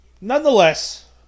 nonetheless